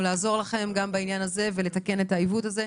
אני מאוד שמחה שיכולנו לעזור לכם גם בעניין הזה ולתקן את העיוות הזה.